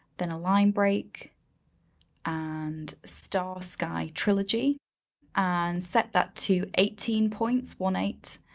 then a line break and star sky trilogy and set that to eighteen points, one eight,